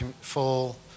full